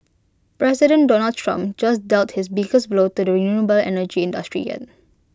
President Donald Trump just dealt his biggest blow to the renewable energy industry yet